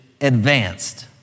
advanced